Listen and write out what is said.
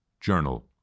journal